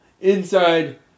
inside